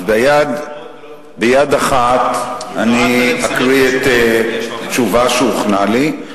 אז ביד אחת אני אקריא תשובה שהוכנה לי,